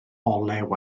olew